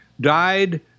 died